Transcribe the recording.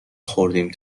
خوردیم